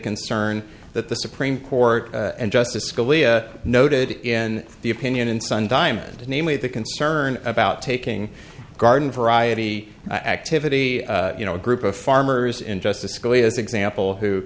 concern that the supreme court justice scalia noted in the opinion in sun diamond namely the concern about taking garden variety activity you know a group of farmers in justice scalia's example